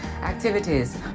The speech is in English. activities